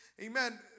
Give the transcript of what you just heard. Amen